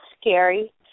scary